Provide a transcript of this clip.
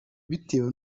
bitewe